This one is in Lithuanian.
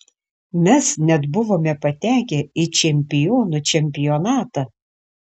mes net buvome patekę į čempionų čempionatą